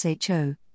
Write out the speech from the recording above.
SHO